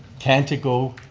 can't it go,